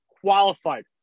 qualified